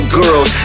girls